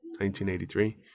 1983